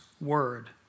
Word